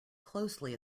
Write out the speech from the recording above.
closely